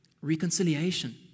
reconciliation